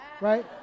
right